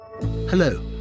Hello